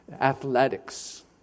Athletics